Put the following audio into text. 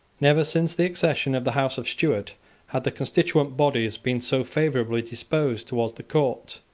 never since the accession of the house of stuart had the constituent bodies been so favourably disposed towards the court.